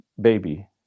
baby